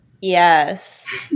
Yes